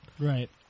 Right